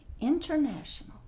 International